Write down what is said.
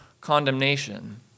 condemnation